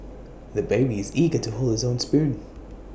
the baby is eager to hold his own spoon